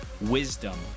wisdom